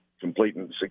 completing